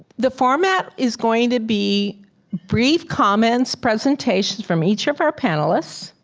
the format is going to be brief comments, presentations from each of our panelists.